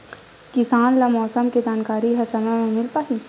किसान ल मौसम के जानकारी ह समय म मिल पाही?